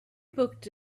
booked